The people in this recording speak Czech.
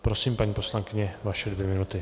Prosím, paní poslankyně, vaše dvě minuty.